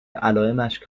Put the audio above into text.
علائمش